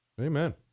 Amen